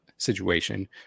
situation